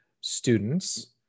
students